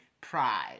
pride